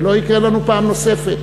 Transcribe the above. שלא יקרה לנו פעם נוספת.